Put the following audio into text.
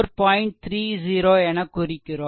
30 என குறிக்கிறோம்